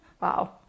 wow